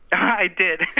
i did.